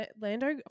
Lando